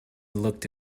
looked